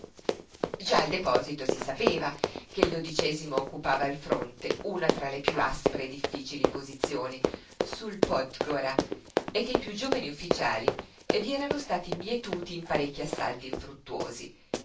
già al deposito si sapeva che il mo occupava al fronte una tra le piú aspre e difficili posizioni sul podgora e che i piú giovani ufficiali vi erano stati mietuti in parecchi assalti infruttuosi